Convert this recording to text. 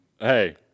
Hey